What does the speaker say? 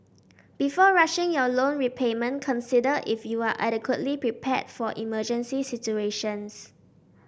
before rushing your loan repayment consider if you are adequately prepared for emergency situations